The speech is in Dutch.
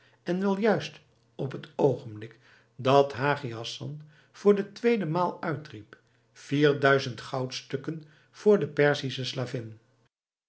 en wel juist op het oogenblik dat hagi hassan voor de tweede maal uitriep vier duizend goudstukken voor de perzische slavin